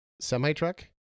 semi-truck